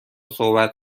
صحبت